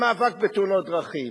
למאבק בתאונות הדרכים.